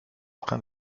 train